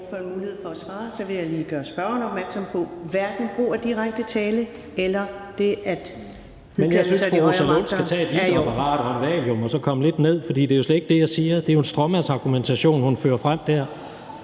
mulighed for at svare, vil jeg lige gøre spørgeren opmærksom på, at hverken brug af direkte tiltale eller det at hidkalde de højere magter er i orden. Kl. 20:23 Jens Rohde (KD): Jeg synes, at fru Rosa Lund skal tage et iltapparat og en valium og så komme lidt ned, for det er jo slet ikke det, jeg siger; det er jo en stråmandsargumentation, hun fører frem der,